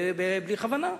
ובלי כוונה,